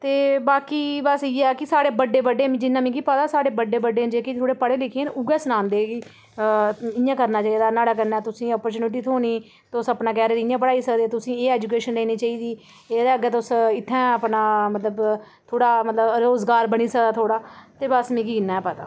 ते बाकी बस इ'यै कि साढ़ै बड्डे बड्डे न जिन्ने मिगी पता साढ़े बड्डे बड्डे जेह्के न थोह्ड़े पढ़े लिखे न उ'यै सनांदे कि इ'यां करना चाहि्दा न्हाड़ा कन्नै तुस इयां अपार्चुनिटी थ्होनी तुस अपना कैरियर इ'यां बनाई सकदे तुसेंगी एह् ऐजूकेशन लैनी चाहिदी एह्दे अग्गें तुस इत्थें अपना मतलब थोह्ड़ा मतलब रोज़गार बनी सकदा थोह्ड़ा ते बस मिगी इन्ना गै पता